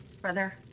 Brother